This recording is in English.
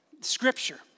Scripture